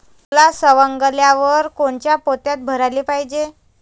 सोला सवंगल्यावर कोनच्या पोत्यात भराले पायजे?